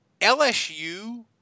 LSU